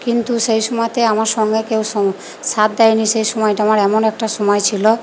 কিন্তু সেই সময়তে আমার সঙ্গে কেউ সং সাথ দেয় নি সে সময়টা আমার এমন একটা সময় ছিলো